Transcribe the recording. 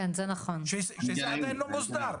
שזה עדיין לא מוסדר.